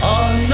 on